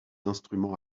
instruments